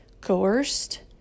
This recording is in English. coerced